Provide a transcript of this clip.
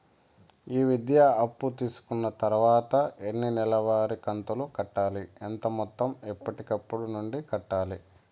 ఈ విద్యా అప్పు తీసుకున్న తర్వాత ఎన్ని నెలవారి కంతులు కట్టాలి? ఎంత మొత్తం ఎప్పటికప్పుడు నుండి కట్టాలి?